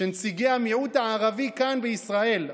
שנציגי המיעוט הערבי כאן בישראל,